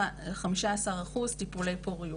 כ-15% טיפולי פוריות,